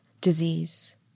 disease